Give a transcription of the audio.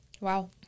Wow